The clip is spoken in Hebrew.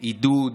עידוד?